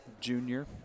junior